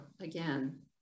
again